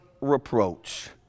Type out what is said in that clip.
reproach